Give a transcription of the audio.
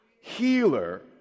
Healer